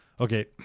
okay